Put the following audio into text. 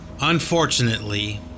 unfortunately